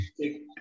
take